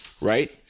right